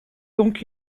donc